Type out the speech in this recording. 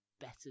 better